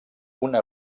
una